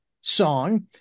song